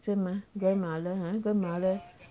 grandma grandmother ha grandmother